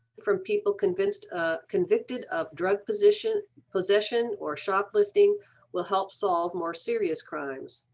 from people convinced a convicted of drug possession possession or shoplifting will help solve more serious crimes.